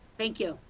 thank you.